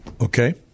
Okay